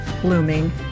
blooming